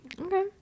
okay